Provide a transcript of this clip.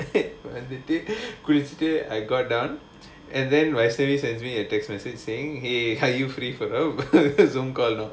வந்துட்டு குளிச்சிட்டு:vanthuttu kulichchittu I got down then my sister send me a text message are you free for a Zoom call now